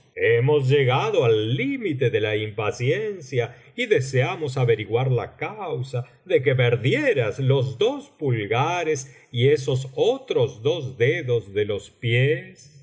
hemos llegado al límite de la impaciencia y deseamos averiguar la causa de que perdieras los dos pulgares y esos otros dos dedos de los pies